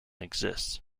exists